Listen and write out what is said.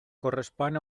correspon